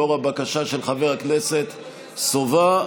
לאור הבקשה של חבר הכנסת סובה.